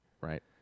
Right